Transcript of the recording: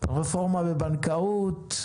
רפורמה בבנקאות,